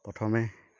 প্ৰথমে